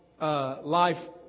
life